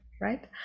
Right